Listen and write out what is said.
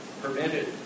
permitted